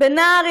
בנער,